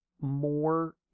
more